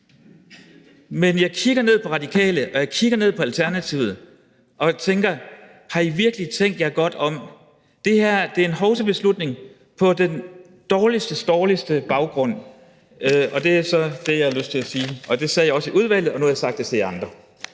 Jeg kigger ned på Radikale, og jeg kigger ned på Alternativet, og I stemmer jo, som I gør, men jeg tænker: Har I virkelig tænkt jer godt om? Det her er en hovsabeslutning på den dårligste baggrund. Det er så det, jeg har lyst til at sige, og det sagde jeg også i udvalget, og nu har jeg sagt det til jer andre.